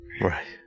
Right